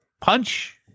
Punch